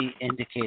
indicated